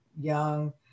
young